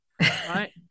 right